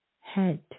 head